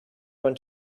went